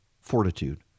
fortitude